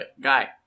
Guy